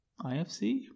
IFC